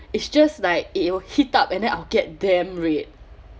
it's just like it'll heat up and then I'll get damn red